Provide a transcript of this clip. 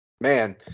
Man